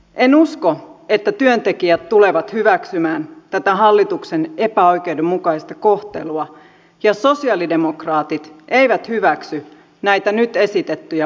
en usko että työntekijät tulevat hyväksymään tätä hallituksen epäoikeudenmukaista kohtelua ja sosialidemokraatit eivät hyväksy näitä nyt esitettyjä pakkolakeja